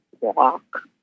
walk